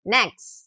Next